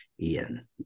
Ian